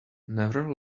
never